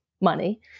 money